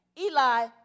Eli